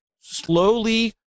slowly